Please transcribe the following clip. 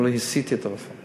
אבל עשיתי את הרפורמה.